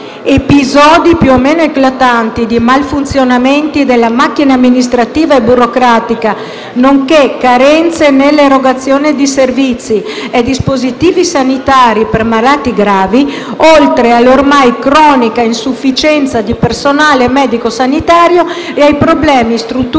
Episodi più o meno eclatanti di malfunzionamenti della macchina amministrativa e burocratica, nonché carenze nell'erogazione di servizi e dispositivi sanitari per malati gravi, oltre all'ormai cronica insufficienza di personale medico-sanitario e ai problemi strutturali